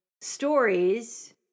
stories